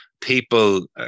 people